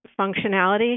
functionality